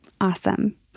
Awesome